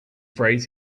phrase